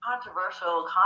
Controversial